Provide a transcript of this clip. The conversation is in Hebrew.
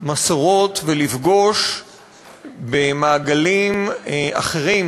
מסורות ולפגוש במעגלים אחרים